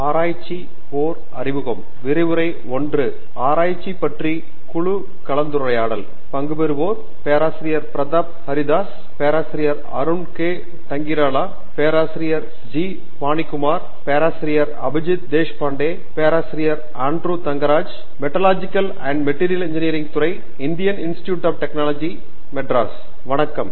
ஆராய்ச்சி பற்றி குழு கலந்துரையாடல் பேராசிரியர் ப்ரதாப் ஹரிதாஸ் வணக்கம்